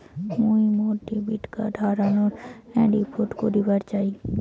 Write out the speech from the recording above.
মুই মোর debit card হারানোর রিপোর্ট করিবার চাই